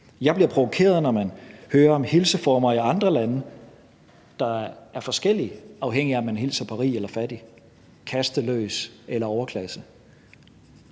Jeg bliver provokeret, når man hører om hilseformer i andre lande, der er forskellige, afhængigt af om man hilser på en rig eller en fattig, en kasteløs eller en fra overklassen.